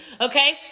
Okay